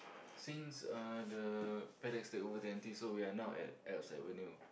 since uh the Fedex took over so we are now at Alps Avenue